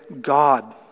God